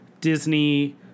Disney